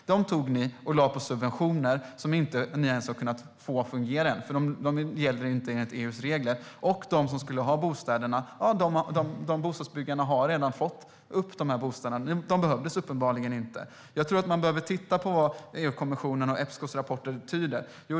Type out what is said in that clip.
De pengarna tog ni och lade på subventioner som ni inte ens har kunnat få att fungera, eftersom de inte gäller enligt EU:s regler. Bostadsbyggarna har redan fått upp bostäderna. Subventionerna behövdes uppenbarligen inte. Jag tror att man behöver titta på vad EU-kommissionens och Epscos rapporter betyder.